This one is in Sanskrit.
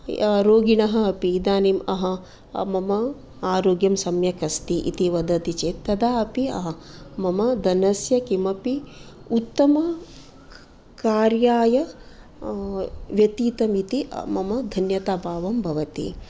रोगिणः अपि इदानीं अह मम आरोग्यं सम्यक् अस्ति इति वदति चेत् तदापि मम धनस्य किमपि उत्तमकार्याय व्यतीतम् इति मम धन्यताभावं भवति